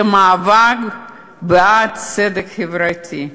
זה מאבק בעד צדק חברתי.